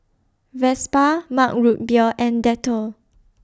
Vespa Mug Root Beer and Dettol